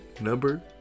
number